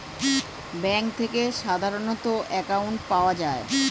bank থেকে সাধারণ account পাওয়া যায়